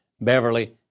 Beverly